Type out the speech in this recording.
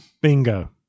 Bingo